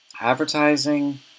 advertising